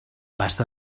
pasta